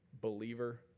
believer